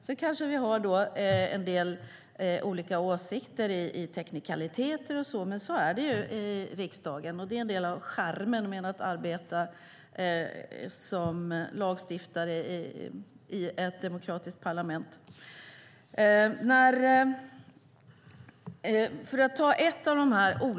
Sedan kanske vi har en del olika åsikter när det gäller teknikaliteter, men så är det i riksdagen. Det är en del av charmen med att arbeta som lagstiftare i ett demokratiskt parlament.